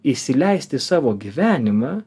įsileisti savo gyvenimą